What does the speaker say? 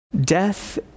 Death